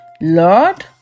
Lord